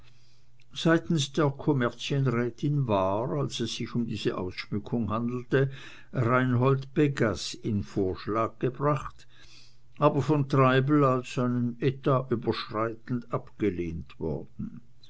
seitens der kommerzienrätin war als es sich um diese ausschmückung handelte reinhold begas in vorschlag gebracht aber von treibel als seinen etat überschreitend abgelehnt worden